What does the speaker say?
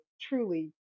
truly